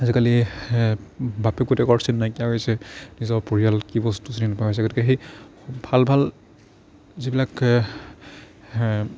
আজিকালি বাপেক পুতেকৰ চিন নাইকিয়া হৈছে নিজৰ পৰিয়াল কি বস্তু চিনি নোপোৱা হৈছে গতিকে সেই ভাল ভাল যিবিলাক